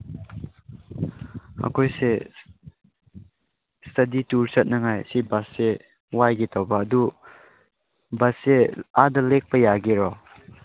ꯑꯩꯈꯣꯏꯁꯦ ꯏꯁꯇꯗꯤ ꯇꯨꯔ ꯆꯠꯅꯉꯥꯏꯁꯤ ꯕꯁꯁꯦ ꯋꯥꯏꯒꯦ ꯇꯧꯕ ꯑꯗꯨ ꯕꯁꯁꯦ ꯑꯥꯗ ꯂꯦꯛꯄ ꯌꯥꯒꯦꯔꯣ